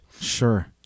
Sure